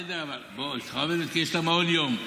בסדר, אשתך עובדת כי יש לה מעון יום.